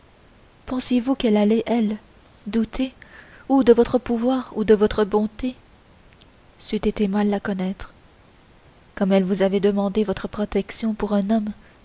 pensiez-vous qu'elle allait elle douter ou de votre pouvoir ou de votre bonté c'eût été mal la connaître comme elle vous avait demandé votre protection pour un homme